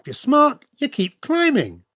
you smart? you keep climbing!